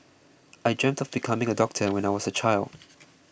I dream of becoming a doctor when I was a child